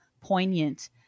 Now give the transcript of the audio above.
poignant